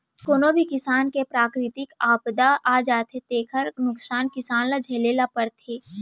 कोनो भी किसम के पराकिरितिक आपदा आ जाथे तेखर नुकसानी किसान ल झेले ल परथे